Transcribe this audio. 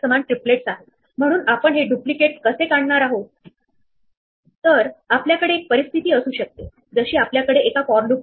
प्रत्येक पॉईंट वर आपण क्यू हेड काढून टाकणार आहोत आणि आपण याचे शेजारी अन्वेषण करणार आहोत परंतु जेव्हा आपण याचे शेजारी अन्वेषण करू तेव्हा आपण हे शेजारी मार्क करू